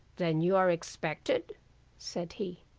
then you are expected said he.